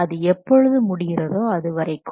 அது எப்பொழுது முடிகிறதோ அது வரைக்கும்